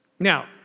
Now